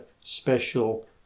special